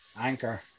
Anchor